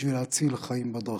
בשביל להציל חיים בדרכים.